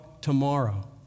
Tomorrow